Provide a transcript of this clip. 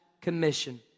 commission